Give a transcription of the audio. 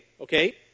okay